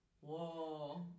whoa